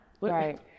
Right